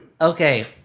Okay